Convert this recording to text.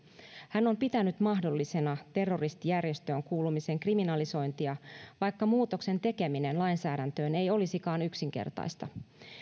hän on pitänyt mahdollisena terroristijärjestöön kuulumisen kriminalisointia vaikka muutoksen tekeminen lainsäädäntöön ei olisikaan yksinkertaista